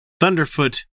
Thunderfoot